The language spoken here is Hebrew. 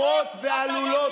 אמורות ועלולות,